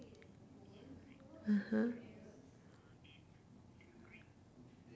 (uh huh)